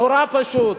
נורא פשוט: